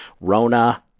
Rona